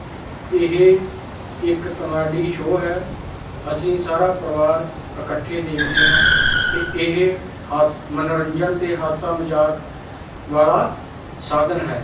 ਇਹ ਇੱਕ comedy show ਹੈ ਅਸੀਂ ਸਾਰਾ ਪਰਿਵਾਰ ਇਕੱਠੇ ਦੇਖਦੇ ਹਾਂ ਅਤੇ ਇਹ ਹਾਸ ਮਨੋਰੰਜਨ ਅਤੇ ਹਾਸਾ ਮਜ਼ਾਕ ਵਾਲਾ ਸਾਧਨ ਹੈ